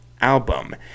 album